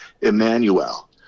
Emmanuel